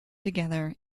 together